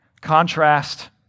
contrast